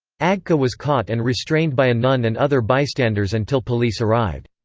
agca was caught and restrained by a nun and other bystanders until police arrived.